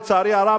לצערי הרב,